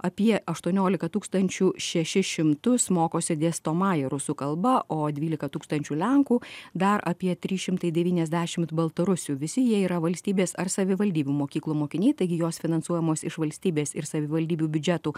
apie aštuoniolika tūkstančių šeši šimtus mokosi dėstomąja rusų kalba o dvylika tūkstančių lenkų dar apie tris šimtai devyniasdešimt baltarusių visi jie yra valstybės ar savivaldybių mokyklų mokiniai taigi jos finansuojamos iš valstybės ir savivaldybių biudžetų